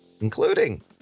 including